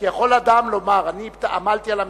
כי יכול אדם לומר: אני עמלתי על המכרז,